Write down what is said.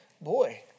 boy